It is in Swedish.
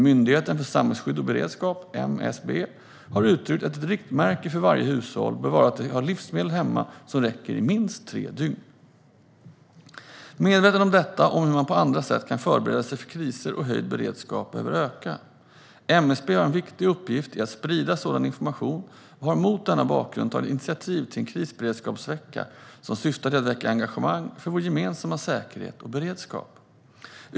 Myndigheten för samhällsskydd och beredskap, MSB, har uttryckt att ett riktmärke för alla hushåll bör vara att de har livsmedel hemma som räcker i minst tre dygn. Medvetenheten om detta och om hur man på andra sätt kan förbereda sig för kriser och höjd beredskap behöver öka. MSB har en viktig uppgift i att sprida sådan information och har mot denna bakgrund tagit initiativ till en krisberedskapsvecka som syftar till att väcka engagemang för vår gemensamma säkerhet och beredskap.